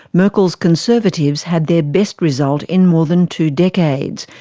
merkel's conservatives had their best result in more than two decades,